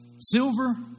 Silver